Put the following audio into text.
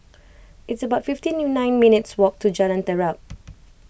it's about fifty nine minutes' walk to Jalan Terap